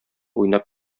уйнап